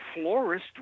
florist